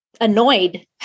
annoyed